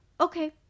Okay